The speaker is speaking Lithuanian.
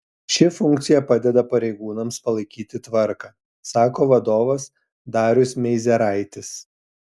ši funkcija padeda pareigūnams palaikyti tvarką sako vadovas darius meizeraitis